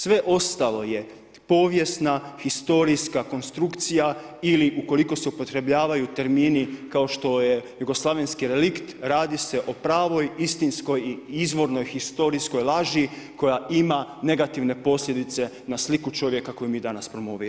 Sve ostalo je povijesna, historijska konstrukcija ili u koliko se upotrebljavaju termini kao što je jugoslavenski relikt radi se o pravoj istinskoj i izvornoj historijskoj laži koja ima negativne posljedice na sliku čovjeka koji mi danas promoviramo.